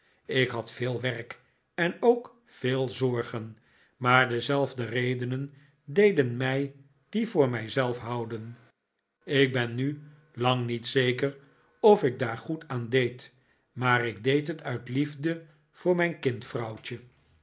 ik had veel werk en ook veel zorgen maar dezelfde redenen deden mij die voor mij zelf houden ik ben nu lang niet zeker of ik daar goed aan deed maar ik deed het uit liefde voor mijn